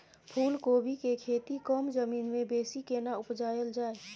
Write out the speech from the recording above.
फूलकोबी के खेती कम जमीन मे बेसी केना उपजायल जाय?